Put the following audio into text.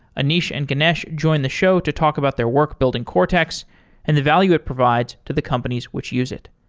ah anish and ganesh jo in the show to talk about their work building cortex and the value it provides to the companies which use it.